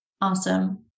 Awesome